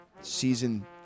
season